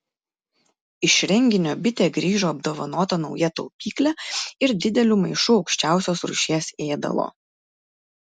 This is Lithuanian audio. iš renginio bitė grįžo apdovanota nauja taupykle ir dideliu maišu aukščiausios rūšies ėdalo